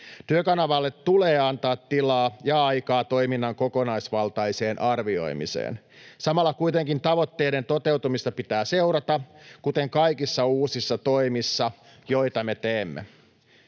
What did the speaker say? Työkanavalle tulee antaa tilaa ja aikaa toiminnan kokonaisvaltaiseen arvioimiseen. Samalla kuitenkin tavoitteiden toteutumista pitää seurata kuten kaikissa uusissa toimissa, joita me teemme.